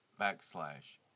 backslash